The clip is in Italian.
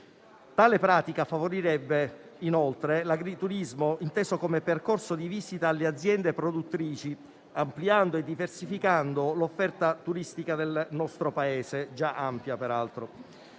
Tale pratica favorirebbe, inoltre, l'agriturismo inteso come percorso di visita alle aziende produttrici, ampliando e diversificando l'offerta turistica del nostro Paese, peraltro